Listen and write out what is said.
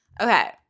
Okay